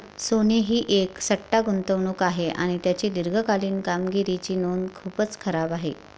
सोने ही एक सट्टा गुंतवणूक आहे आणि त्याची दीर्घकालीन कामगिरीची नोंद खूपच खराब आहे